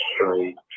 Straight